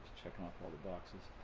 checking off all the boxes